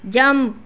jump